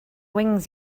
wings